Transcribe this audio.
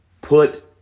put